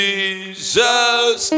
Jesus